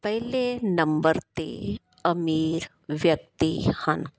ਪਹਿਲੇ ਨੰਬਰ 'ਤੇ ਅਮੀਰ ਵਿਅਕਤੀ ਹਨ